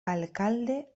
alcalde